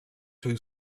two